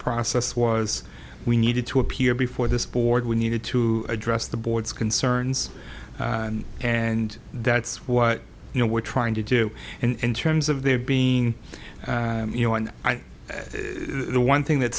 process was we needed to appear before this board we needed to address the board's concerns and that's what you know we're trying to do in terms of their being you know on the one thing that